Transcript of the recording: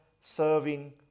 serving